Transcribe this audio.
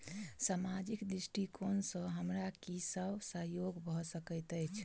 सामाजिक दृष्टिकोण सँ हमरा की सब सहयोग भऽ सकैत अछि?